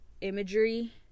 imagery